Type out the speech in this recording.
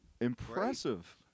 Impressive